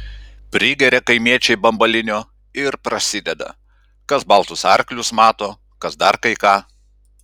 prigeria kaimiečiai bambalinio ir prasideda kas baltus arklius mato kas dar kai ką